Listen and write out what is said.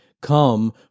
come